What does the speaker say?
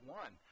one